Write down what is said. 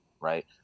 right